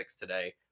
today